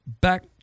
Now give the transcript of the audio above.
back